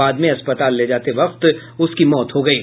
बाद में अस्पताल ले जाते वक्त उसकी मौत हो गयी